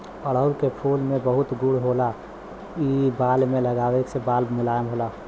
अढ़ऊल के फूल में बहुत गुण होला इ बाल में लगावे से बाल मुलायम होला